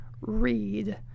read